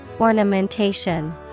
Ornamentation